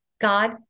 God